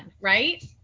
Right